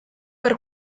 per